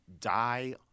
die